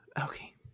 Okay